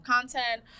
content